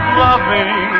loving